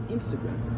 Instagram